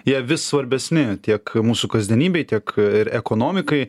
jie vis svarbesni tiek mūsų kasdienybei tiek ir ekonomikai